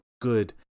good